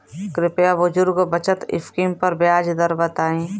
कृपया बुजुर्ग बचत स्किम पर ब्याज दर बताई